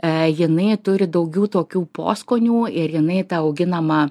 e jinai turi daugiau tokių poskonių ir jinai ta auginama